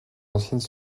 anciennes